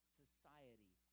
society